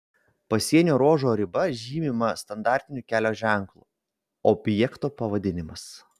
pasienio ruožo riba žymima standartiniu kelio ženklu objekto pavadinimas